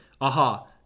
aha